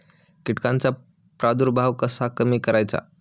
कीटकांचा प्रादुर्भाव कसा कमी करायचा?